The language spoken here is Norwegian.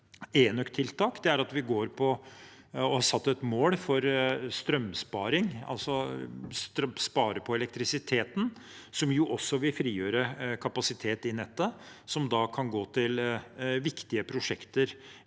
enøktiltak, er at vi har satt et mål for strømsparing – altså å spare på elektrisiteten, noe som også vil frigjøre kapasitet i nettet som da kan gå til viktige prosjekter,